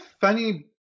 funny